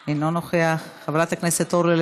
חבר הכנסת עמר בר-לב,